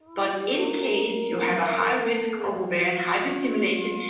but in case you have a high risk of ovarian hyperstimulation,